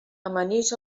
amanix